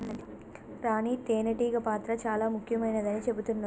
రాణి తేనే టీగ పాత్ర చాల ముఖ్యమైనదని చెబుతున్నరు